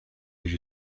you